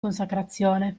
consacrazione